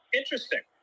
interesting